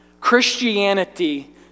Christianity